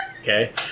okay